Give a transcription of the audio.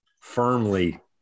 firmly